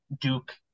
Duke